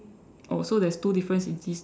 oh so there's two difference in this dog